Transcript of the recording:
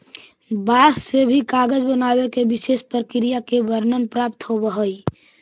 बाँस से भी कागज बनावे के विशेष प्रक्रिया के वर्णन प्राप्त होवऽ हई